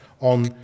on